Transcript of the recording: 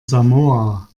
samoa